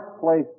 place